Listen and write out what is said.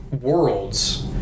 worlds